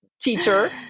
Teacher